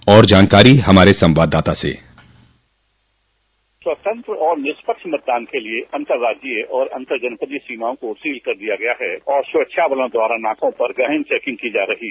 are जानकारी हमारे संवाददाता से स्वतंत्र और निष्पक्ष मतदान के लिए अंतर्राज्जीय और अंतर जनपदीय सीमाओं को सील कर दिया गया है और सुरक्षा बलों द्वारा नाकों पर गहन चौकिंग की जा रही है